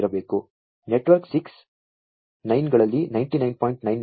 network 6 ನೈನ್ಗಳಲ್ಲಿ 99